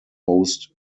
host